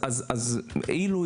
אילו,